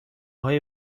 های